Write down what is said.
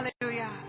Hallelujah